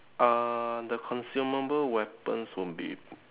uh the consumable weapons will be